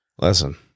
listen